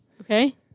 Okay